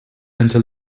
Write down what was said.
until